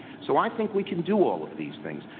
so i think we can do all of these things.